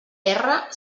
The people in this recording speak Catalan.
erra